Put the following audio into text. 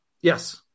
Yes